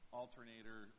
alternator